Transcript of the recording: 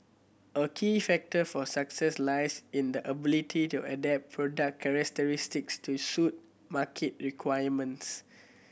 a key factor for success lies in the ability to adapt product characteristics to suit market requirements